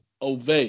Ove